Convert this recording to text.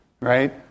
right